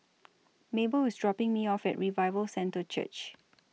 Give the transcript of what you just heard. Mabell IS dropping Me off At Revival Centre Church